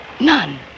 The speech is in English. None